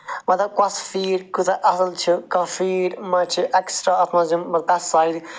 مَطلَب کۄس فیٖڈ کۭژاہ اصٕل چھِ کانٛہہ فیٖڈ مَہ چھِ اٮ۪کٕسٹرٛا اتھ مَنٛز یِم پٮ۪سٹسایِڈ